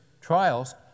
trials